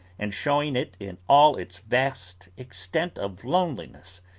and showing it in all its vast extent of loneliness,